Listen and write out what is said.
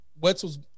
Wetzel's